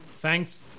Thanks